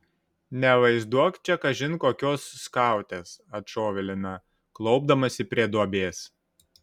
nevaizduok čia kažin kokios skautės atšovė lina klaupdamasi prie duobės